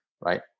right